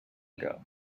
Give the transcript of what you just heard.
ago